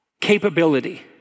capability